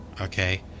okay